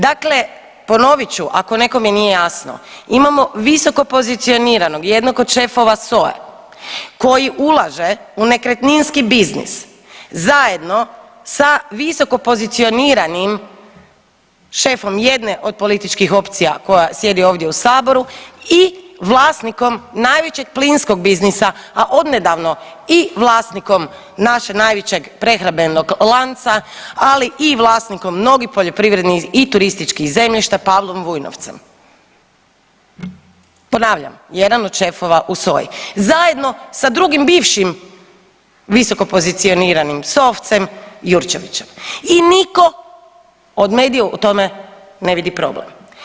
Dakle, ponovit ću ako nekome nije jasno, imamo visokopozicioniranog jednog od šefova SOA-e koji ulaže u nekretninski biznis zajedno sa visokopozicioniranim šefom jedne od političkih opcija koja sjedi ovdje u saboru i vlasnikom najvećeg plinskog biznisa, a odnedavno i vlasnikom našeg najvećeg prehrambenog lanca, ali i vlasnikom mnogih poljoprivrednih i turističkih zemljišta Pavlom Vujnovcem, ponavljam jedan od šefova u SOA-i zajedno sa drugim bivšim visokopozicioniranim sofcem Jurčevićem i niko od medija u tome ne vidi problem.